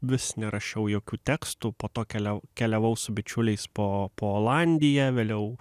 vis nerašiau jokių tekstų po to kelia keliavau su bičiuliais po po olandiją vėliau